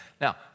Now